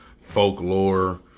Folklore